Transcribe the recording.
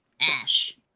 ash